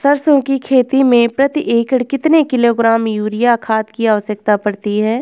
सरसों की खेती में प्रति एकड़ कितने किलोग्राम यूरिया खाद की आवश्यकता पड़ती है?